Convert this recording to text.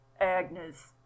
Agnes